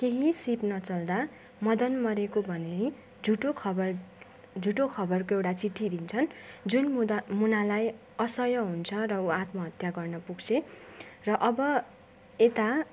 केही सिप नचल्दा मदन मरेको भन्ने झुटो खबर झुटो खबरको एउटा चिट्ठी दिन्छन् जुन मुना मुनालाई असह्य हुन्छ र ऊ आत्महत्या गर्न पुग्छे र अब यता